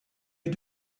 you